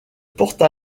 porte